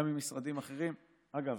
גם ממשרדים אחרים, אגב,